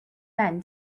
men